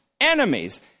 enemies